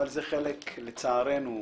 אבל זה חלק לצערנו,